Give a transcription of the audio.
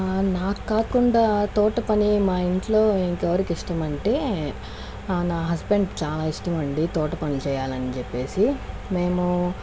నాక్కాకుండా తోట పని మా ఇంట్లో ఇంకెవరికి ఇష్టమంటే నా హస్బెండ్ కి చాలా ఇష్టమండి తోట పనులు చేయాలని చెప్పేసి మేము